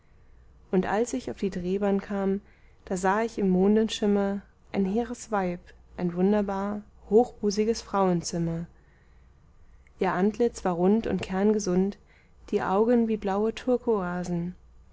und als ich auf die drehbahn kam da sah ich im mondenschimmer ein hehres weib ein wunderbar hochbusiges frauenzimmer ihr antlitz war rund und kerngesund die augen wie blaue